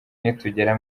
nitugera